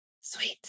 Sweet